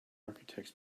architects